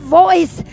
voice